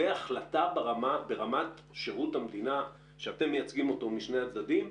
אלא החלטה ברמת שירות המדינה שאתם מייצגים אותו משני הצדדים.